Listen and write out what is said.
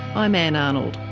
i'm ann arnold